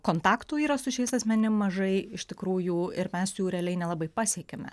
kontaktų yra su šiais asmenim mažai iš tikrųjų ir mes jų realiai nelabai pasiekiame